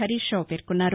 హరీష్రావు పేర్కొన్నారు